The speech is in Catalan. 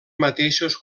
mateixos